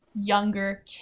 younger